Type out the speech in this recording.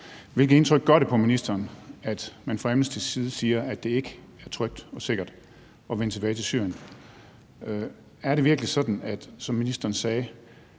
Hvilket indtryk gør det på ministeren, at man fra Amnestys side siger, at det ikke er trygt og sikkert at vende tilbage til Syrien? Er det virkelig sådan, som ministeren sagde,